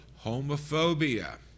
homophobia